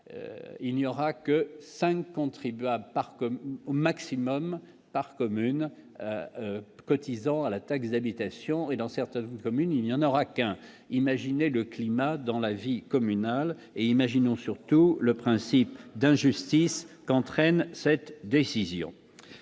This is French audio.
il n'y aura que cinq contribuables par comme au maximum par commune cotisant à la taxe d'habitation et dans certaines communes, il y en aura qu'un, imaginez le climat dans la vie communale et imaginons surtout le principe d'injustice qu'entraîne cette décision